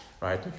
right